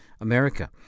America